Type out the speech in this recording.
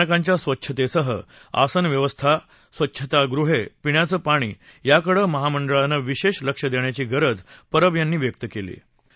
बस स्थानकांच्या स्वच्छतेसह आसन व्यवस्था स्वछतागृहे पिण्याचं पाणी याकडे महामंडळानं विशेष लक्ष देण्याची गरज परब यांनी व्यक्त केली